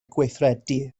gweithredu